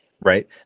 right